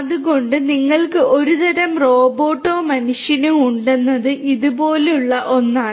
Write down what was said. അതിനാൽ നിങ്ങൾക്ക് ഒരുതരം റോബോട്ടോ മനുഷ്യനോ ഉണ്ടെന്നത് ഇതുപോലുള്ള ഒന്നാണ്